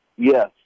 Yes